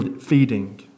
feeding